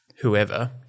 whoever